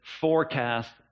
forecast